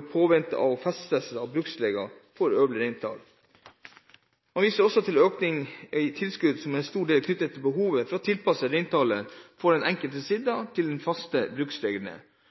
i påvente av fastsettelse av bruksregler og øvre reintall. Komiteen viser til at økning i tilskudd for en stor del er knyttet til behovet for å tilpasse reintallet i den enkelte sida til de fastsatte bruksreglene.